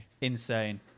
Insane